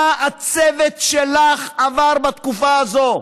מה הצוות שלך עבר בתקופה הזאת.